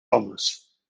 homes